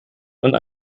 und